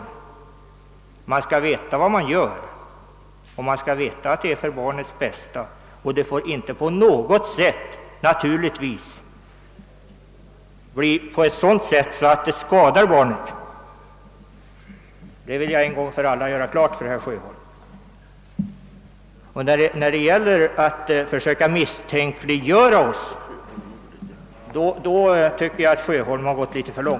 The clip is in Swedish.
Föräldrarna skall veta vad de gör och att det sker för barnets bästa, och givetvis får de inte på något sätt skada barnet; det vill jag kraftigt understryka. Herr Sjöholm går faktiskt litet för långt när han försöker misstänkliggöra oss på den punkten.